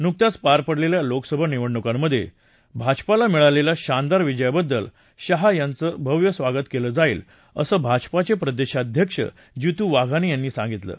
नुकत्याच पार पडलेल्या लोकसभा निवडणुकांमध्ये भाजपाला मिळालेल्या शानदार विजयाबद्दल शाह यांचं भव्य स्वागत केलं जाईल असं भाजपाचे प्रदेशाध्यक्ष जीतू वाघानी यांनी म्हटलं आहे